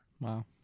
wow